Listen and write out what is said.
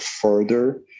further